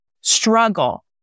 struggle